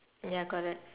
ya correct